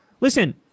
listen